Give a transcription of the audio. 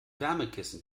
wärmekissen